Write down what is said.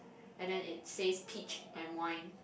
and then it says peach and wine